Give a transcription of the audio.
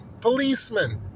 Policemen